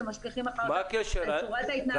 שמשליכות על צורת ההתנהגות.